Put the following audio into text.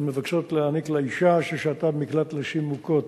הן מבקשות להעניק לאשה ששהתה במקלט לנשים מוכות